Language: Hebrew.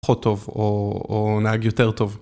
פחות טוב, או נהג יותר טוב.